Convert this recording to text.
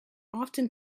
often